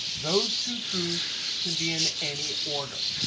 those two truths can be in any order.